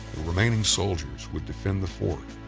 remaining soldiers would defend the fort,